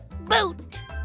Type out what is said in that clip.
boot